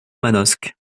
manosque